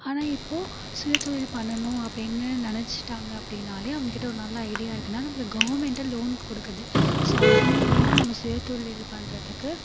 ஆனால் இப்போது சுயதொழில் பண்ணனும் அப்படின்னு நினச்சிட்டாங்க அப்படின்னாலே அவங்ககிட்ட ஒரு நல்ல ஒரு ஐடியா இருக்குனால் நம்ம கவுர்மெண்ட்டே லோன் கொடுக்குது ஸோ அது மூலயமா நம்ம சுயதொழில் பண்ணுறதுக்கு